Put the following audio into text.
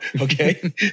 okay